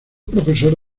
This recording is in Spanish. profesor